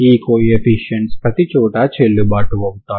ఈ కోఎఫీషియంట్స్ ప్రతిచోటా చెల్లుబాటు అవుతాయి